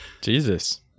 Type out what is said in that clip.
Jesus